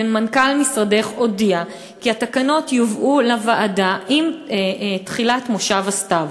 ומנכ"ל משרדך הודיע כי התקנות יובאו לוועדה עם תחילת כנס הסתיו.